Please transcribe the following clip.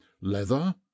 leather